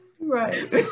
Right